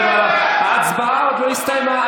ההצבעה עוד לא הסתיימה.